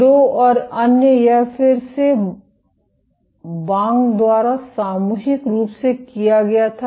लो और अन्य यह फिर से वांग द्वारा सामूहिक रूप से किया गया था